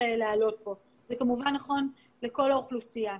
כמובן נכון לכל האוכלוסייה.